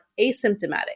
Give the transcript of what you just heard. asymptomatic